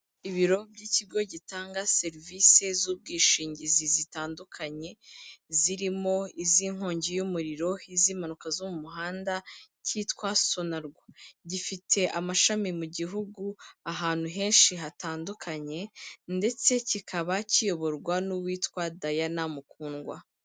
Ibiro by'ikigo gitanga serivise z'ubwishingizi zitandukanye, zirimo iz'inkongi y'umuriro, iz'impanuka zo mu muhanda cyitwa Sonarwa, gifite amashami mu gihugu, ahantu henshi hatandukanye ndetse kikaba kiyoborwa n'uwitwa Diana Mukundwa.